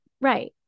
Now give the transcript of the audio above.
Right